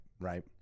right